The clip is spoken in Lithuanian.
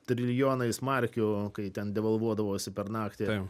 trilijonais markių kai ten devalvuodavosi per naktį